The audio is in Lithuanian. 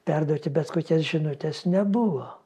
perduoti bet kokias žinutes nebuvo